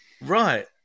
Right